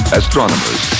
astronomers